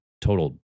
total